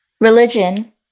Religion